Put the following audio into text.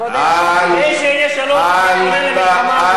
כדי שיהיה שלום צריך להתכונן למלחמה.